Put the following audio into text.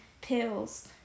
pills